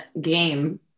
game